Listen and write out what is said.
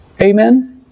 Amen